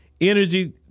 energy